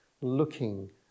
looking